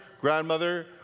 grandmother